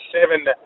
seven